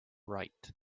right